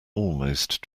almost